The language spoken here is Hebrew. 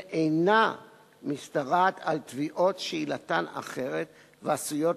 ואינה משתרעת על תביעות שעילתן אחרת ועשויות